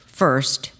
first